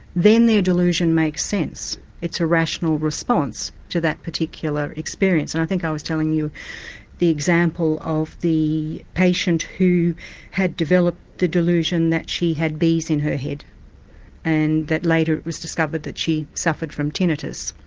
then their delusion makes sense it's a rational response to that particular experience. and i think i was telling you the example of the patient who had developed the delusion that she had bees in her head and that later it was discovered that she suffered from tinnitus.